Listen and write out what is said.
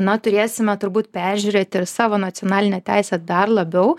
na turėsime turbūt peržiūrėti ir savo nacionalinę teisę dar labiau